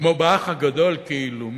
וכמו ב"אח הגדול" כאילו,